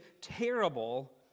terrible